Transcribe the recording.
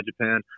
Japan